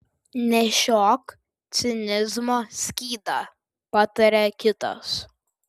nešiok cinizmo skydą pataria kitas